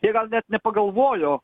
jie gal net nepagalvojo